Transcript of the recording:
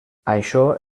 això